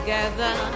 Together